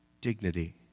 dignity